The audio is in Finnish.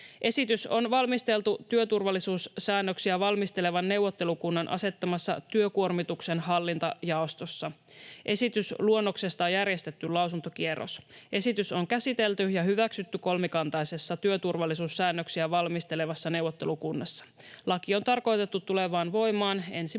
Esitys on valmisteltu työturvallisuussäännöksiä valmistelevan neuvottelukunnan asettamassa työkuormituksen hallintajaostossa. Esitysluonnoksesta on järjestetty lausuntokierros. Esitys on käsitelty ja hyväksytty kolmikantaisessa työturvallisuussäännöksiä valmistelevassa neuvottelukunnassa. Laki on tarkoitettu tulemaan voimaan